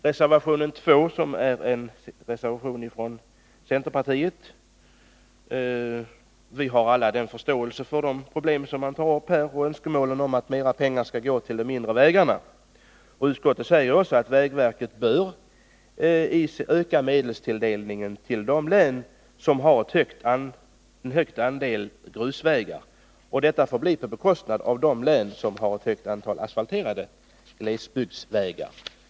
Reservation 2 är en centerpartireservation. Vi har alla förståelse för de problem som tas uppi reservationen och för önskemålet att mera pengar skall gå till de mindre vägarna. Utskottet säger också att vägverket bör öka medelstilldelningen till de län som har ett stort antal grusvägar. Detta får då ske på bekostnad av medelstilldelningen till de län som har ett stort antal asfalterade glesbygdsvägar.